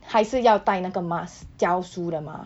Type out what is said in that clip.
还是要带那个 mask 教书的吗